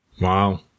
Wow